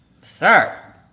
Sir